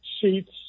seats